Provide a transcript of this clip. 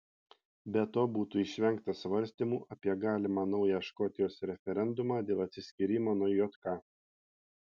be to būtų išvengta svarstymų apie galimą naują škotijos referendumą dėl atsiskyrimo nuo jk